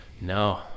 No